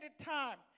time